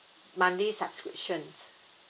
monthly subscriptions